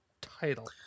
title